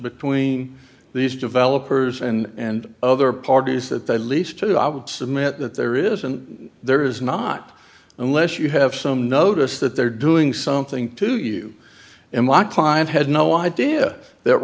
between these developers and other parties that they lease to i would submit that there isn't there is not unless you have some notice that they're doing something to you and my client had no idea that